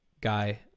guy